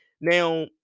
Now